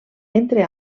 entre